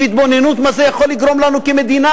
והתבוננות מה זה יכול לגרום לנו כמדינה,